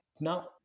Now